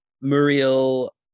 Muriel